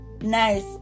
Nice